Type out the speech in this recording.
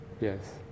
Yes